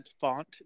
Font